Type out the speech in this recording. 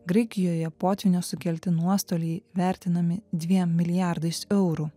graikijoje potvynio sukelti nuostoliai vertinami dviem milijardais eurų